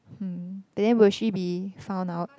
hmm then will she be found out